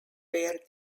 were